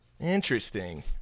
Interesting